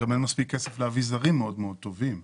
גם אין מספיק כסף להביא זרים מאוד טובים,